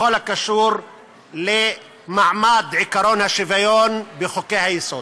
בכל הקשור למעמד עקרון השוויון בחוקי-היסוד.